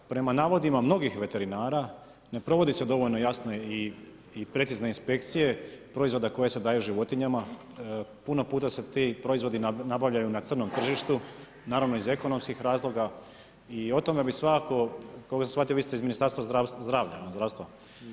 Prema navodima mnogih veterinara, ne provodi se dovoljno jasna i precizne inspekcije proizvoda koji se daju životinjama, puno puta su ti proizvodi nabavljaju na crnom tržištu, naravno iz ekonomskih razloga i o tome bi svakako, koliko sam shvatio vi ste iz Ministarstva zdravlja, zdravstva.